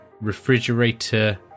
refrigerator